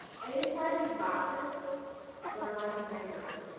and, inside these boxes were a bunch of mangos.